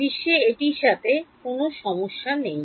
বিশ্বে এটির সাথে কোনও সমস্যা নেই